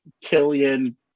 Killian